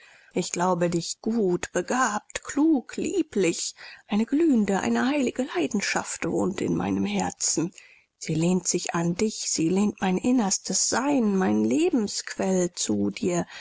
ich glaube dich gut begabt klug lieblich eine glühende eine heilige leidenschaft wohnt in meinem herzen sie lehnt sich an dich sie lenkt mein innerstes sein meinen lebensquell zu dir